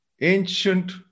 ancient